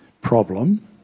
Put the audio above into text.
problem